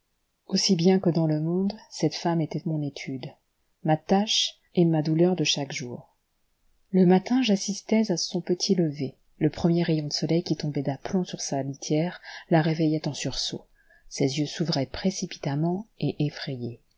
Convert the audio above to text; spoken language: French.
aussi bien que dans le monde cette femme était mon étude ma tâche et ma douleur de chaque jour le matin j'assistais à son petit lever le premier rayon de soleil qui tombait d'aplomb sur sa litière la réveillait en sursaut ses yeux s'ouvraient précipitamment et effrayés